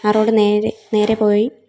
ആ റോഡ് നേരെ നേരെ പോയി